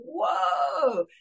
whoa